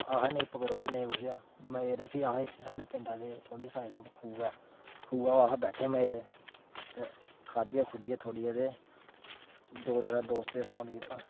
अहें नेईं पकड़ोए नेईं कुछ मजे रेह् फ्ही अह् इत्थै साढ़े पिंड थोह्ड़ी साइड उप्पर खूह् ऐ खुऐ पर अस बैठे मजे दे ते खाद्धिया खूद्धियां थोह्ड़ियां ते दो त्रै दोस्तें ई फोन कीता